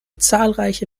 zahlreiche